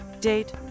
Date